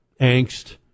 angst